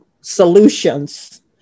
solutions